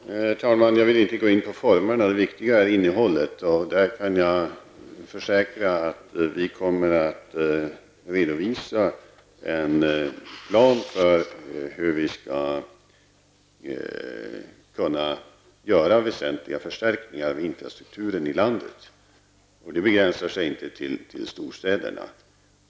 Herr talman! Jag vill inte gå in på formerna -- det viktiga är ju innehållet. Jag kan försäkra att vi kommer att redovisa en plan för hur vi skall kunna göra väsentliga förstärkningar av infrastrukturen i landet, och detta begränsar sig inte till storstäderna.